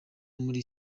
muri